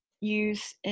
use